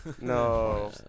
No